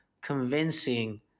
convincing